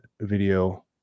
video